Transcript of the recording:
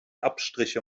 abstriche